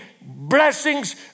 blessings